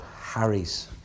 Harry's